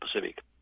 Pacific